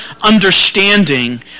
understanding